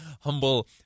humble